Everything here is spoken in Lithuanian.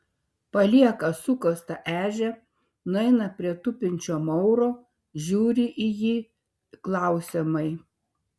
palieka sukastą ežią nueina prie tupinčio mauro žiūri į jį klausiamai